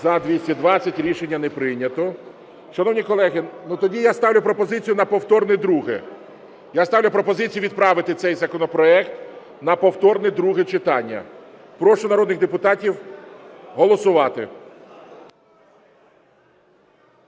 За-220 Рішення не прийнято. Шановні колеги, ну, тоді я ставлю пропозицію на повторне друге. Я ставлю пропозицію відправити цей законопроект на повторне друге читання. Прошу народних депутатів голосувати.